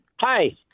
Hi